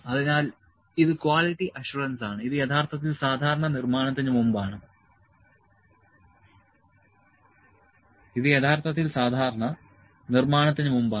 അതിനാൽ ഇത് quality assurance ആണ് ഇത് യഥാർത്ഥത്തിൽ സാധാരണ നിർമ്മാണത്തിന് മുമ്പാണ്